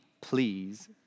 please